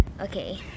okay